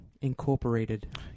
Incorporated